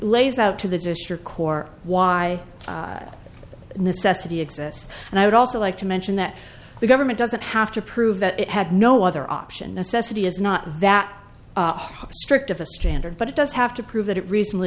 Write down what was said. lays out to the district core why necessity exists and i would also like to mention that the government doesn't have to prove that it had no other option necessity is not that strict of a standard but it does have to prove that it recently